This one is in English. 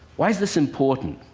why is this important?